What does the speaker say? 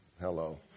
Hello